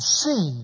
see